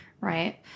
Right